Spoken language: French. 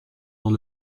dans